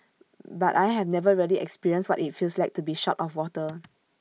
but I have never really experienced what IT feels like to be short of water